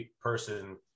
person